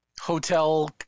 hotel